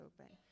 open